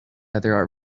other